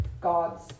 God's